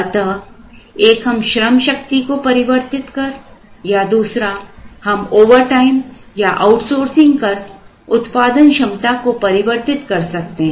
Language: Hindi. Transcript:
अतः एक हम श्रमशक्ति को परिवर्तित कर या दूसरा हम ओवरटाइम या आउटसोर्सिंग कर उत्पादन क्षमता को परिवर्तित कर सकते हैं